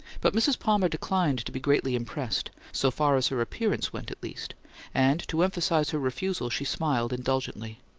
but mrs. palmer declined to be greatly impressed, so far as her appearance went, at least and to emphasize her refusal, she smiled indulgently.